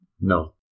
No